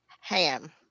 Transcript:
ham